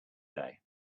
day